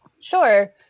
Sure